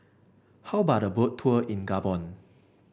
how about a Boat Tour in Gabon